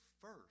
first